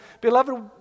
beloved